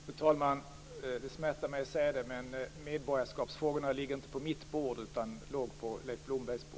Fru talman! Det smärtar mig att säga att medborgarskapsfrågorna inte ligger på mitt bord utan låg på